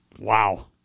wow